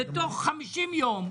בתוך 50 יום,